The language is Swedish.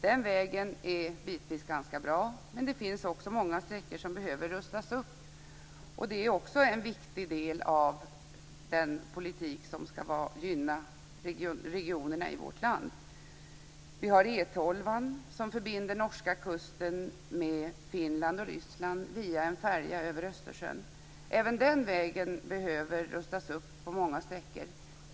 Den vägen är bitvis ganska bra, men det finns också många sträckor som behöver rustas upp, och det är också en viktig del av den politik som skall gynna regionerna i vårt land. Vi har E 12 som förbinder norska kusten med Finland och Ryssland via en färja över Östersjön. Även den vägen behöver rustas upp på många sträckor.